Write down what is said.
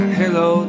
hello